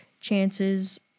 chances